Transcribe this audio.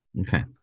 okay